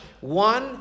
One